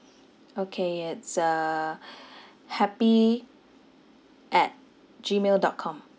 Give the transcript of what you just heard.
okay it's uh happy at G mail dot com